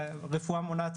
רפואה מונעת,